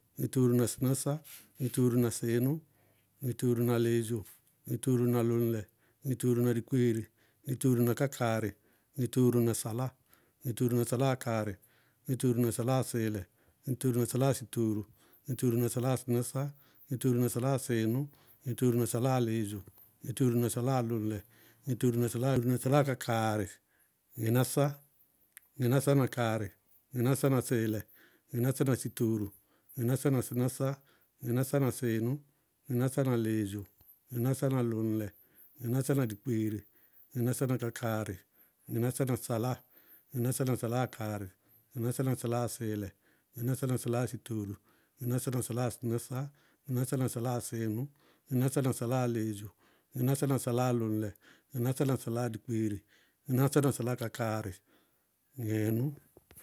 Ŋɩtooro na sɩnásá, ŋɩtooro na sɩɩnʋ, ŋɩtooro na lɩɩdzʋ, ŋɩtooro na lʋŋlɛ, ŋɩtooro na dikpeere, ŋɩtooro na kákaarɩ, ŋɩtooro na saláa, ŋɩtooro na saláa kákaarɩ, ŋɩtooro na saláa sɩɩlɛ, ŋɩtooro na saláa sɩtooro, ŋɩtooro na saláa sɩnásá, ŋɩtooro na saláa sɩɩnʋ, ŋɩtooro na saláa lɩɩdzʋ, ŋɩtooro na saláa lʋŋlɛ, ŋɩtooro na saláa dikpeere, ŋɩtooro na saláa kákaarɩ, ŋɩnásá na kaarɩ, ŋɩnásá na sɩɩlɛ, ŋɩnásá na sɩtooro, ŋɩnásá na sɩnásá, ŋɩnásá na sɩɩnʋ, ŋɩnásá na lɩɩdzʋ, ŋɩnásá na lʋŋlɛ, ŋɩnásá na dikpeere, ŋɩnásá na kákaarɩ, ŋɩnásá na saláa, ŋɩnásá na saláa kaarɩ, ŋɩnásá na saláa sɩɩlɛ, ŋɩnásá na saláa sɩtooro, ŋɩnásá na saláa sɩnásá, ŋɩnásá na saláa sɩɩnʋ, ŋɩnásá na saláa lɩɩdzʋ, ŋɩnásá na saláa lʋŋlɛ, ŋɩnásá na saláa dikpeere, ŋɩnásá na saláa kákaarɩ, ŋɩɩnʋ.